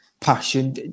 passion